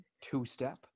two-step